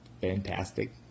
fantastic